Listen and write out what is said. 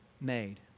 made